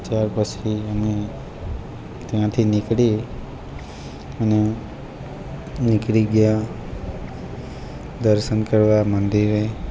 ત્યાર પછી અમે ત્યાંથી નીકળી અને નીકળી ગયા દર્શન કરવા મંદિરે